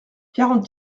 quarante